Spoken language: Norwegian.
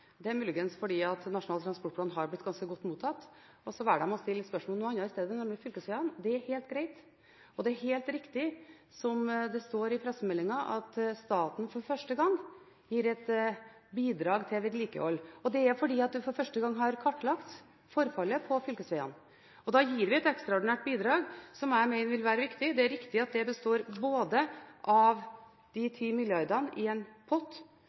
det er muligens fordi Nasjonal transportplan har blitt ganske godt mottatt. Så velger man å stille spørsmål om noe annet i stedet, nemlig fylkesvegene – det er helt greit. Det er helt riktig, som det står i pressmeldingen, at staten for første gang gir et bidrag til vedlikehold. Det er fordi man for første gang har kartlagt forfallet på fylkesvegene. Da gir vi et ekstraordinært bidrag som jeg mener vil være viktig. Det er riktig at det består av 10 mrd. kr i en pott,